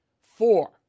Four